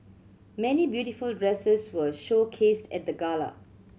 many beautiful dresses were showcased at the gala